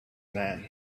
man